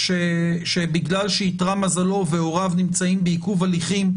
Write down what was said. שבגלל שאתרע מזלו והוריו נמצאים בעיכוב הליכים,